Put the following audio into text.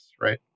Right